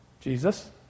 Jesus